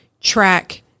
track